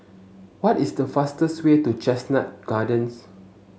what is the fastest way to Chestnut Gardens